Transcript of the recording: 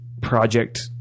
Project